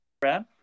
Brad